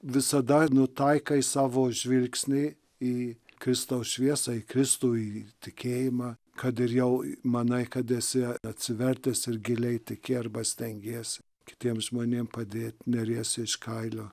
visada nutaikai savo žvilgsnį į kristaus šviesą į kristų į tikėjimą kad ir jau manai kad esi atsivertęs ir giliai tiki arba stengiesi kitiem žmonėm padėt neriesi iš kailio